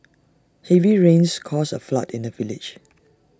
heavy rains caused A flood in the village